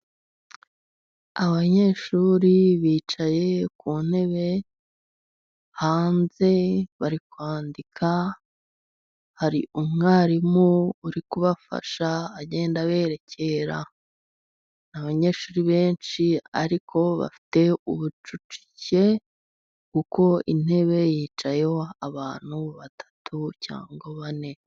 Abanyeshuri bicaye ku ntebe hanze bari kwandika. Hari umwarimu uri kubafasha agenda aberekera. Abanyeshuri benshi ariko bafite ubucucike kuko intebe yicayeho abantu batatu cyangwa bane.